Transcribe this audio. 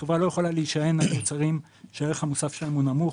החברה לא יכולה להישען על מוצרים שהערך המוסף שלהם הוא נמוך,